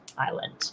island